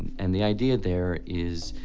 and the idea there is,